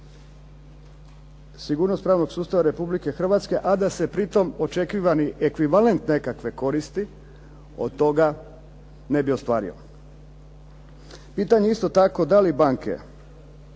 sigurnost pravnog sustava Republike Hrvatske a da se pri tome očekivani ekvivalent nekakve koristi od toga ne bi ostvario. Pitanje je isto tako da li banke,